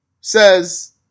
says